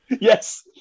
Yes